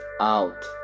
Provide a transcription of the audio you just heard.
out